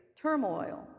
turmoil